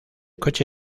coche